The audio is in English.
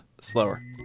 slower